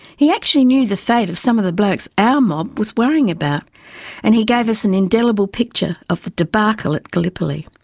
he actually knew the fate of some of the blokes our mob was worrying about and he gave us an indelible picture of the debacle at gallipoli.